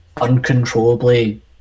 uncontrollably